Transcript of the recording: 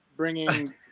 bringing